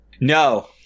No